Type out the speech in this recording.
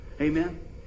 amen